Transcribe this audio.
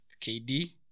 KD